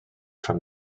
from